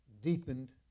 deepened